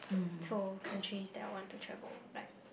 to all countries that I want to travel like